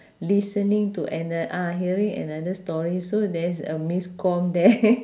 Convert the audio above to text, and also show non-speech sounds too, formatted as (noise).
listening to ano~ ah hearing another story so there's a miscom there (laughs)